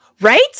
right